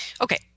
Okay